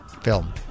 Film